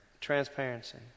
transparency